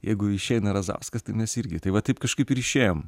jeigu išeina razauskas tai mes irgi tai va taip kažkaip ir išėjom